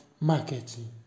marketing